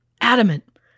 adamant